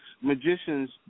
magicians